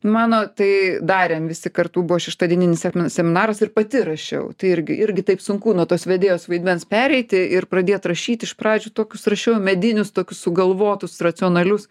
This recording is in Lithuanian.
mano tai darėm visi kartu buvo šeštadienis sem seminaras ir pati rašiau tai irgi irgi taip sunku nuo tos vedėjos vaidmens pereiti ir pradėt rašyt iš pradžių tokius rašiau medinius tokius sugalvotus racionalius